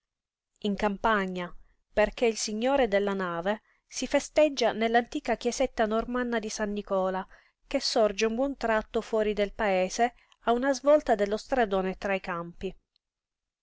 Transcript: in campagna perché il signore della nave si festeggia nell'antica chiesetta normanna di san nicola che sorge un buon tratto fuori del paese a una svolta dello stradone tra i campi